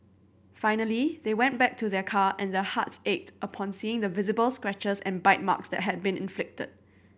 finally they went back to their car and their hearts ached upon seeing the visible scratches and bite marks that had been inflicted